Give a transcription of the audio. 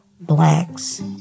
Blacks